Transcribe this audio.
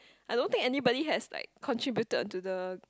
I don't think anybody has like contributed to the